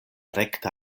rekte